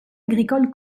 agricole